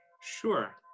Sure